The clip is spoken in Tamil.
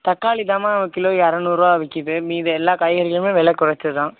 தக்காளி தான்ம்மா கிலோ இரநூறுவா விற்கிது மீதி எல்லா காய்கறிகளுமே விலை குறைச்ச தான்